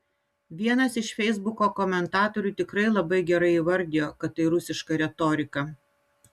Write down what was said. vienas iš feisbuko komentatorių tikrai labai gerai įvardijo kad tai rusiška retorika